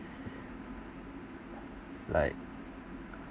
like